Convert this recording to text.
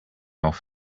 off